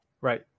right